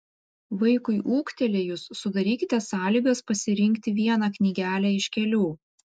vaikui ūgtelėjus sudarykite sąlygas pasirinkti vieną knygelę iš kelių